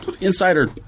Insider